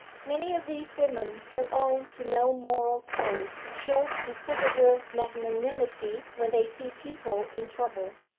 many of these women who own to no moral code show considerable magnanimity when they see people in trouble.